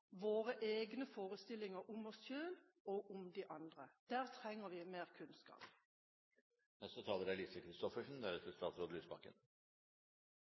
våre egne forestillinger om oss selv og om de andre. Der trenger vi mer kunnskap.